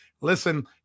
listen